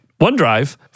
OneDrive